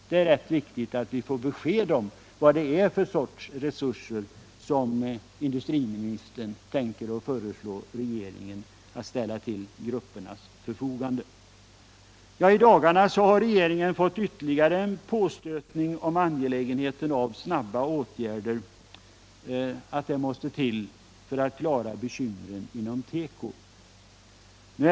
Det är rätt viktigt att vi får besked om vad det är för sorts resurser som industriministern tänker föreslå att regeringen skall ställa till gruppens förfogande. I dagarna har regeringen fått ytterligare en påstötning om angelägenheten av att snabba åtgärder vidtas för att klara bekymren inom tekobranschen.